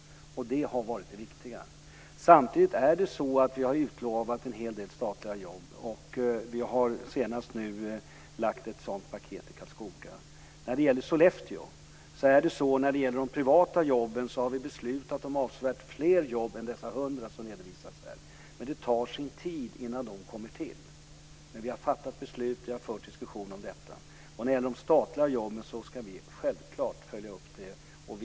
Det har varit det viktiga. Samtidigt har vi utlovat en hel del statliga jobb. Vi har nu senast tagit fram ett sådant paket i Karlskoga. När det gäller de privata jobben i Sollefteå har vi beslutat om avsevärt fler jobb än de 100 som redovisas här. Det tar sin tid innan de kommer till, men vi har fattat beslut och vi för diskussioner om detta. Vi ska självklart följa upp de statliga jobben.